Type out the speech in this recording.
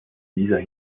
dieser